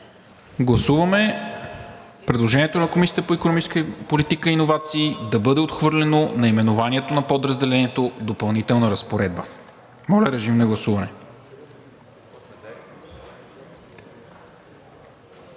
Гласуваме предложението на Комисията по икономическа политика и иновации да бъде отхвърлено наименованието на Подразделението „Допълнителна разпоредба“. Моля, режим на гласуване.